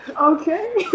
Okay